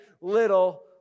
little